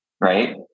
right